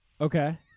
Okay